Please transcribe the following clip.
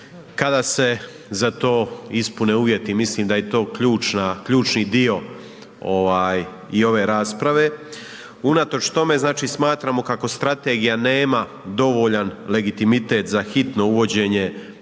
kada se za to ispune uvjeti, mislim da je to ključni dio i ove rasprave. Unatoč tome, znači smatramo kako strategija nema dovoljan legitimitet za hitno uvođenje